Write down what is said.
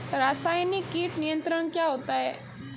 रसायनिक कीट नियंत्रण क्या होता है?